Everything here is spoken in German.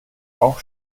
auch